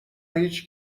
هیچ